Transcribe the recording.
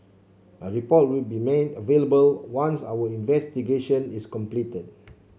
a report will be made available once our investigation is completed